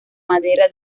madera